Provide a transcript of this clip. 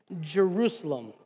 Jerusalem